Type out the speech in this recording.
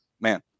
man